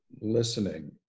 listening